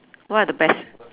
what are the best